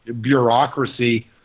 bureaucracy